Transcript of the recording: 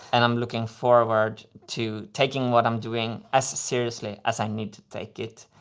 and i'm looking forward to taking what i'm doing as seriously as i need to take it